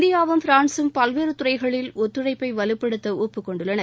இந்தியாவும் பிரான்சும் பல்வேறு துறைகளில் ஒத்துழைப்பை வலுப்படுத்த ஒப்புக்கொண்டுள்ளன